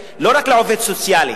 לא רק לעובד סוציאלי,